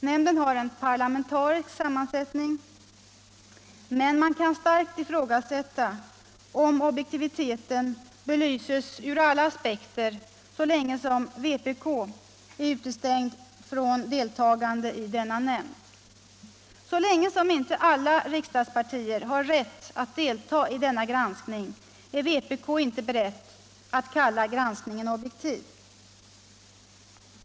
Nämnden har parlamentarisk sammansättning, men man kan starkt ifrågasätta om objektiviteten belyses ur alla aspekter så länge vpk är utestängt från deltagande i denna nämnd. Så länge som inte alla riksdagspartier har rätt att delta i denna granskning, är vpk inte berett att kalla granskningen objektiv.